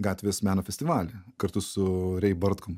gatvės meno festivalį kartu su rei bartkum